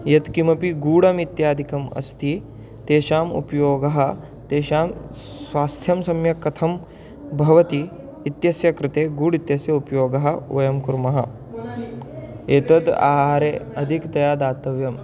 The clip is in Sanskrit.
यत्किमपि गुडः इत्यादिकम् अस्ति तेषाम् उपयोगः तेषां स्वास्थ्यं सम्यक् कथं भवति इत्यस्य कृते गुडः इत्यस्य उपयोगं वयं कुर्मः एतत् आहारे अधिकतया दातव्यम्